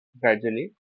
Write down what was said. gradually